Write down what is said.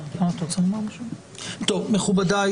מכובדיי